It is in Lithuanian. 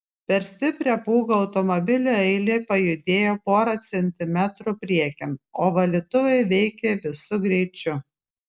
per stiprią pūgą automobilių eilė pajudėjo porą centimetrų priekin o valytuvai veikė visu greičiu